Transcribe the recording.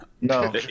No